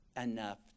enough